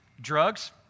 drugs